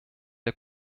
der